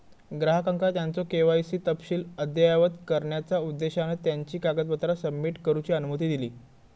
ग्राहकांका त्यांचो के.वाय.सी तपशील अद्ययावत करण्याचा उद्देशान त्यांची कागदपत्रा सबमिट करूची अनुमती दिली